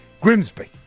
Grimsby